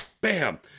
bam